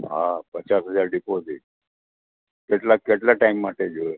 હા પચાસ હજાર ડિપોઝિટ કેટલા કેટલા ટાઈમ માટે જોઇએ